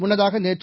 முன்னதாகநேற்று